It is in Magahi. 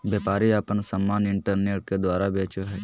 व्यापारी आपन समान इन्टरनेट के द्वारा बेचो हइ